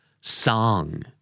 Song